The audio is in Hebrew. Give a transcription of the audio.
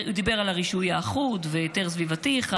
הוא דיבר על הרישוי האחוד ועל היתר סביבתי אחד,